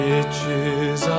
Riches